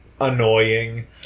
annoying